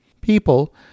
People